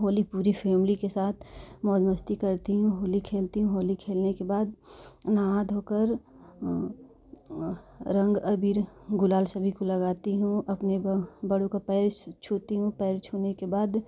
होली पूरी फैमिली के साथ मौज मस्ती करती हूँ होली खेलती हूँ होली खेलने के बाद नहा धोकर रंग अबीर गुलाल सभी को लगाती हूँ अपने बी बड़ो का पैर छूती हूँ पैर छूने के बाद